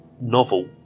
novel